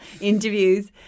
interviews